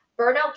Burnout